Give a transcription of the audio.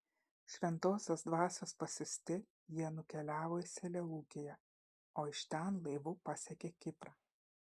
šventosios dvasios pasiųsti jie nukeliavo į seleukiją o iš ten laivu pasiekė kiprą